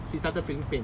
she started feeling pain